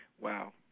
Wow